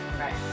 Right